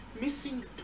missing